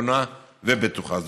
נכונה ובטוחה.